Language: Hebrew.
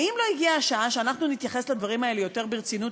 האם לא הגיעה השעה שאנחנו נתייחס לדברי האלה יותר ברצינות?